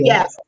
Yes